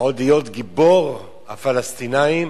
ועוד להיות גיבור הפלסטינים